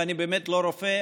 ואני באמת לא רופא,